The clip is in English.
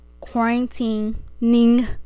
quarantining